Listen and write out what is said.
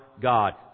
God